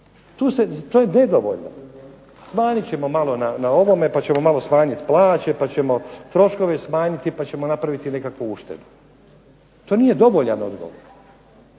To je nedovoljno. Pa smanjit ćemo malo na ovom, pa ćemo malo smanjiti plaće, pa ćemo troškove smanjiti, pa ćemo napraviti nekakvu uštedu. To nije dovoljan odgovor.